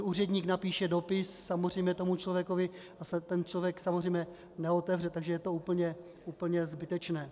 Úředník napíše dopis samozřejmě tomu člověku, ten člověk samozřejmě neotevře, takže je to úplně zbytečné.